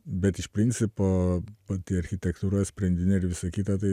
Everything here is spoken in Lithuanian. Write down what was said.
bet iš principo pati architektūra sprendiniai ir visa kita tai